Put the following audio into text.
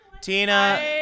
Tina